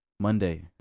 Monday